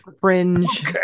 fringe